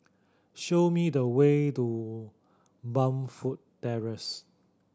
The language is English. show me the way to Burnfoot Terrace